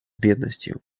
бедностью